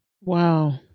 Wow